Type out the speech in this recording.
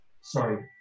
sorry